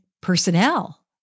personnel